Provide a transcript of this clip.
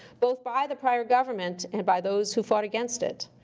both by the prior government, and by those who fought against it.